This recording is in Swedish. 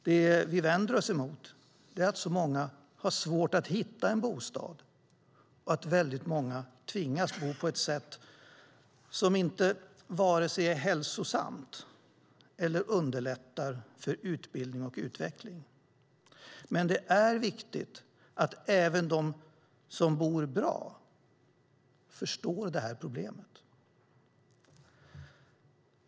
Det vi vänder oss emot är att så många har svårt att hitta en bostad och att väldigt många tvingas bo på ett sätt som inte är vare sig hälsosamt eller underlättar för utbildning och utveckling. Det är viktigt att även de som bor bra förstår det här problemet.